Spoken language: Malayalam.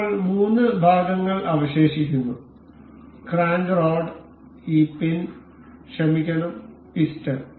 ഇപ്പോൾ മൂന്ന് ഭാഗങ്ങൾ അവശേഷിക്കുന്നു ക്രാങ്ക് റോഡ് ഈ പിൻ ക്ഷമിക്കണം പിസ്റ്റൺ